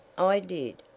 i did,